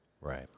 Right